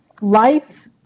life